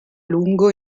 lungo